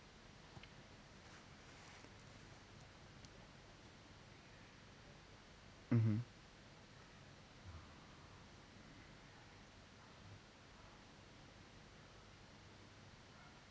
mmhmm